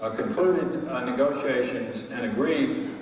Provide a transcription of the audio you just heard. ah concluded negotiations and agreed